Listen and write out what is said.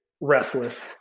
restless